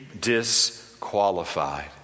disqualified